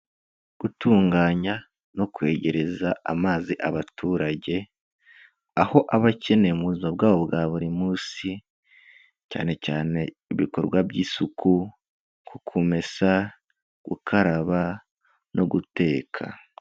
Gutunganya no kwegereza amazi abaturage, aho abakenewe mu buzima bwabo bwa buri munsi cyane cyane ibikorwa by'isuku, ku kumesa, gukaraba, no guteka.